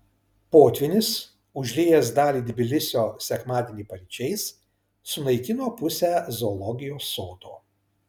potvynis užliejęs dalį tbilisio sekmadienį paryčiais sunaikino pusę zoologijos sodo